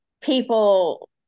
people